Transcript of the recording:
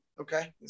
okay